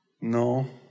No